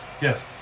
Yes